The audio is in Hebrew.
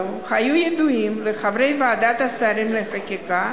הללו היו ידועים לחברי ועדת השרים לחקיקה,